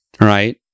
right